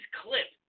clip